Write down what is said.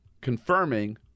confirming